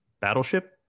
battleship